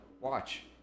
watch